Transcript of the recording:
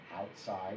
outside